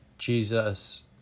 Jesus